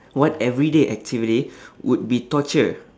what everyday activity would be torture